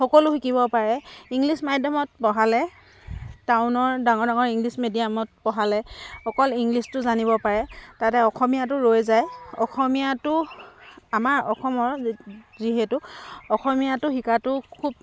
সকলো শিকিব পাৰে ইংলিছ মাধ্যমত পঢ়ালে টাউনৰ ডাঙৰ ডাঙৰ ইংলিছ মেডিয়ামত পঢ়ালে অকল ইংলিছটো জানিব পাৰে তাতে অসমীয়াটো ৰৈ যায় অসমীয়াটো আমাৰ অসমৰ যিহেতু অসমীয়াটো শিকাটো খুব